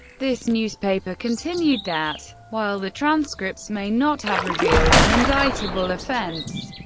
this newspaper continued that, while the transcripts may not have revealed an indictable offense,